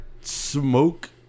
smoke